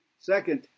Second